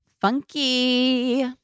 Funky